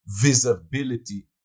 visibility